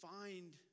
Find